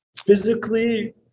physically